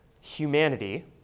humanity